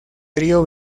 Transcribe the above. trío